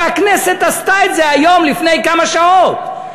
והכנסת עשתה את זה היום לפני כמה שעות,